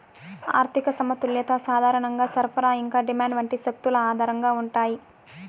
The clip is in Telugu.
ఆర్థిక సమతుల్యత సాధారణంగా సరఫరా ఇంకా డిమాండ్ వంటి శక్తుల ఆధారంగా ఉంటాయి